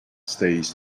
stays